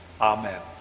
Amen